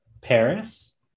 Paris